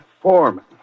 foreman